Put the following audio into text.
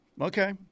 Okay